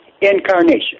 incarnation